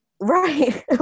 Right